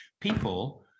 people